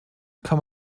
kann